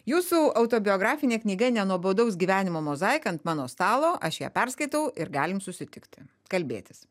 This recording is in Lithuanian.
jūsų autobiografinė knyga nenuobodaus gyvenimo mozaika ant mano stalo aš ją perskaitau ir galim susitikti kalbėtis